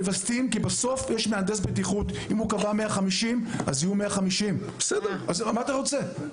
כי בסוף יש מהנדס בטיחות ואם הוא קבע 150 אז יהיו 150. מה אתה רוצה?